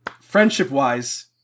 friendship-wise